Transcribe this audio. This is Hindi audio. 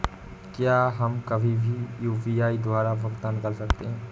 क्या हम कभी कभी भी यू.पी.आई द्वारा भुगतान कर सकते हैं?